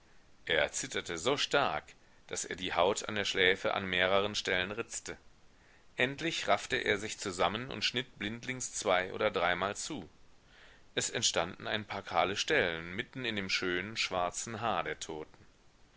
er zitterte so stark daß er die haut an der schläfe an mehreren stellen ritzte endlich raffte er sich zusammen und schnitt blindlings zwei oder dreimal zu es entstanden ein paar kahle stellen mitten in dem schönen schwarzen haar der toten